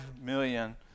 million